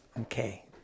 Okay